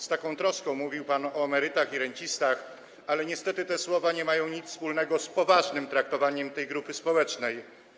Z taką troską mówił pan o emerytach i rencistach, ale niestety te słowa nie mają nic wspólnego z poważnym traktowaniem tej grupy społecznej.